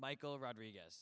michael rodriguez